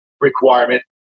requirement